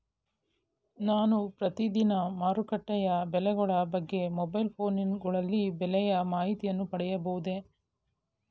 ನಾನು ಪ್ರತಿದಿನ ಮಾರುಕಟ್ಟೆಯ ಬೆಲೆಗಳ ಬಗ್ಗೆ ಮೊಬೈಲ್ ಫೋನ್ ಗಳಲ್ಲಿ ಬೆಲೆಯ ಮಾಹಿತಿಯನ್ನು ಪಡೆಯಬಹುದೇ?